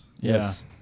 Yes